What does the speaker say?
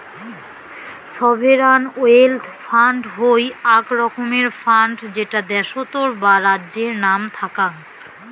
sovereign wealth fund হউ আক রকমের ফান্ড যেটা দ্যাশোতর বা রাজ্যের নাম থ্যাক্যাং